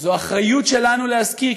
וזו אחריות שלנו להזכיר,